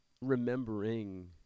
remembering